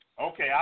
Okay